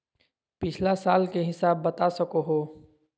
पिछला साल के हिसाब बता सको हो?